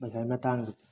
ꯄꯩꯁꯥꯒꯤ ꯃꯇꯥꯡꯗꯨꯗꯤ